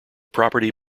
property